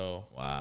wow